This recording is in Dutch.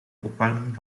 opwarming